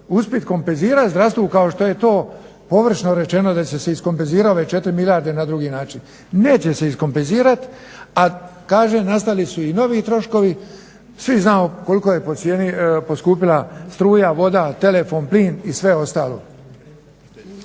uspjet kompenzirat zdravstvu kao što je to površno rečeno da će se iskompenzirat ove 4 milijarde na drugi način. Neće se iskompenzirat, a kažem nastali su i novi troškovi, svi znamo koliko je po cijeni poskupila struja, voda, telefon, plin i sve ostalo.